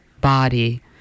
body